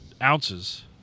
ounces